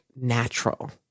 natural